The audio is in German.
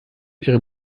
ihre